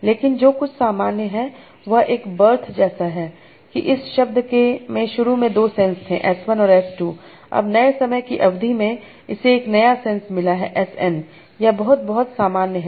लेकिन जो कुछ सामान्य है वह एक बर्थ जैसा है कि इस शब्द में शुरू में दो सेंस थे s1 और s2 अब नए समय की अवधि में इसे एक नया सेंस मिला है sn यह बहुत बहुत सामान्य है